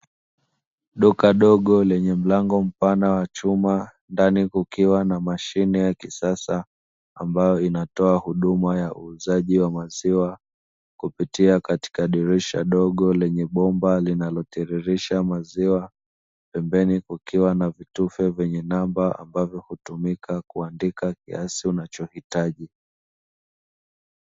Duka dogo lenye mlango mpana wa chuma ndani kukiwa na mashine ya kisasa, ambayo inatoa huduma ya uuzaji wa maziwa kupitia katika dirisha dogo lenye bomba linalotiririsha maziwa pembeni kukiwa na vitufe vyenye namba ambavyo hutumika kuandika kiasi unachohitaji.